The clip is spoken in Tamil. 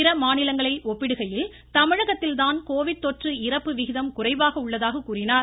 பிற மாநிலங்களை ஒப்பிடுகையில் தமிழகத்தில் தான் கோவிட் தொற்று இறப்பு விகிதம் குறைவாக உள்ளதாக கூறினார்